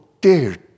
dear